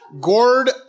Gord